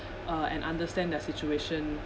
uh and understand their situation